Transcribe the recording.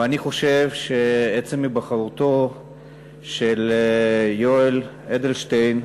ואני חושב שעצם היבחרותו של יואל אדלשטיין,